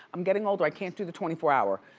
i'm getting older, i can't do the twenty four hour.